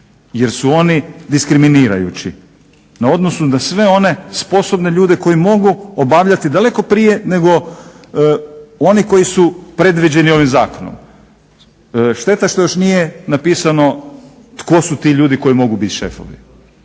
jer su oni diskriminirajući u odnosu na sve one sposobne ljude koji mogu obavljati daleko prije nego oni koji su predviđeni ovim zakonom. Šteta što još nije napisano tko su ti ljudi koji mogu biti šefovi.